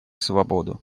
свободу